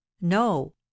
No